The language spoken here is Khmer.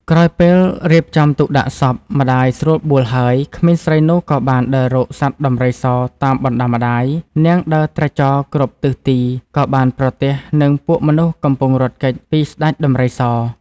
ក្រោយពេលរៀបចំទុកដាក់សព ម្តាយស្រួលបួលហើយក្មេងស្រីនោះក៏បានដើររកសត្វដំរីសតាមបណ្តាំម្តាយ នាងដើរត្រាច់ចរគ្រប់ទិសទីក៏បានប្រទះនឹងពួកមនុស្សកំពុងរត់គេចពីស្តេចដំរីស។